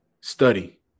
Study